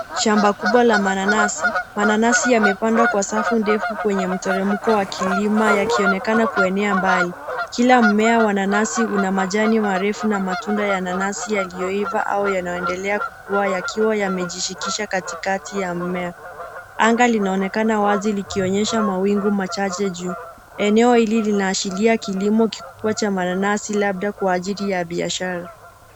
Shamba kubwa la mananasi. Mananasi yamepandwa kwa safu ndefu kwenye mteremko wa kilima yakionekana kuenea mbali. Kila mmea wa nanasi una majani marefu na matunda ya nanasi yaliyoiva au yanayoendelea kukua, yakiwa yamejishikisha katikati ya mmea. Anga linaonekana wazi likionyesha mawingu machache juu. Eneo hili linaashiria kilimo kikubwa cha mananasi, labda kwa ajili ya biashara.